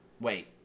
Wait